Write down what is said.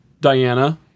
Diana